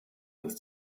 dass